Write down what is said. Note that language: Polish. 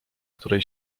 której